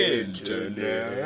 internet